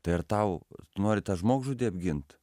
tai ar tau nori tą žmogžudį apgint